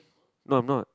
no I'm not